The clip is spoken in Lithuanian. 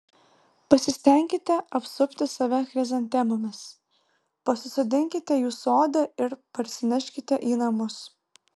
pasistenkite apsupti save chrizantemomis pasisodinkite jų sode ir parsineškite į namus